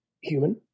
human